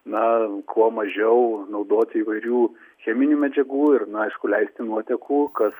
na kuo mažiau naudoti įvairių cheminių medžiagų ir na aišku leisti nuotekų kas